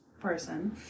person